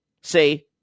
say